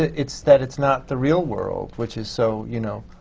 it's that it's not the real world, which is so, you know,